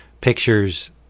pictures